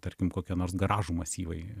tarkim kokie nors garažų masyvai